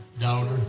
daughter